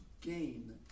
gain